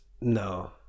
No